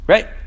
Right